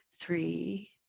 three